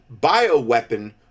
bioweapon